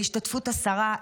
בהשתתפות השרה,